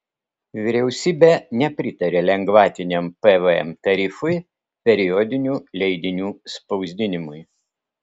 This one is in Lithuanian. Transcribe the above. vyriausybė nepritarė lengvatiniam pvm tarifui periodinių leidinių spausdinimui